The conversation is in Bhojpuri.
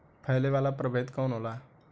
फैले वाला प्रभेद कौन होला?